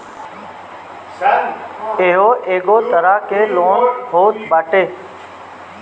इहो एगो तरह के लोन होत बाटे